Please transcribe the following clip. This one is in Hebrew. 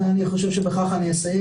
ואני חושב שבכך אני אסיים.